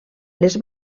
les